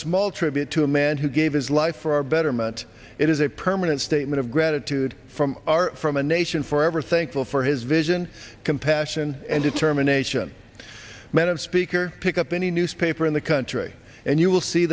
small tribute to a man who gave his life for our betterment it is a permanent statement of gratitude from our from a nation forever thankful for his vision compassion and determination madam speaker pick up any newspaper in the country and you will see